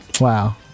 Wow